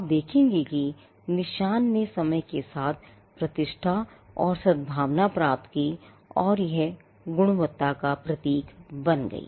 आप देखेंगे कि निशान ने समय के साथ प्रतिष्ठा और सद्भावना प्राप्त की और यह गुणवत्ता का प्रतीक बन गया